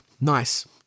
Nice